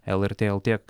lrt lt